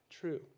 true